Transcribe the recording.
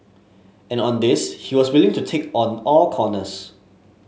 and on this he was willing to take on all comers